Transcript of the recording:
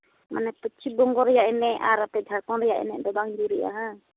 ᱢᱟᱱᱮ ᱯᱚᱪᱷᱤᱢ ᱵᱚᱝᱜᱚ ᱨᱮᱭᱟᱜ ᱮᱱᱮᱡ ᱟᱨ ᱟᱯᱮ ᱡᱷᱟᱲᱠᱷᱚᱸᱰ ᱨᱮᱭᱟᱜ ᱮᱱᱮᱡ ᱫᱚ ᱵᱟᱝ ᱡᱩᱨᱤᱜᱼᱟ ᱵᱟᱝ